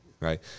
right